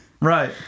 Right